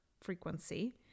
frequency